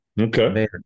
Okay